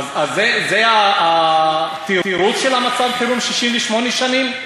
אז זה התירוץ של מצב החירום, 68 שנים?